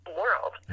world